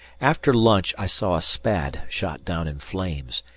after lunch i saw a spad shot down in flames,